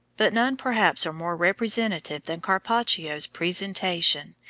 but none perhaps are more representative than carpaccio's presentation,